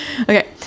okay